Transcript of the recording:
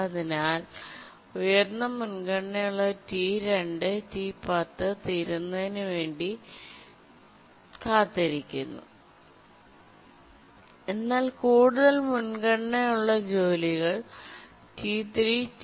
അതിനാൽ ഉയർന്ന മുൻഗണന ഉള്ള T2 T10 തീരുന്നതിനു വേണ്ടി വേണ് കാത്തിരിക്കുന്നു എന്നാൽ കൂടുതൽ മുൻഗണന ഉള്ള ജോലികൾ T3 T5 etc